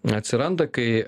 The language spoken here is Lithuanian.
atsiranda kai